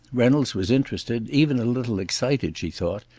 reynolds was interested, even a little excited, she thought,